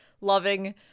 loving